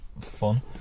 fun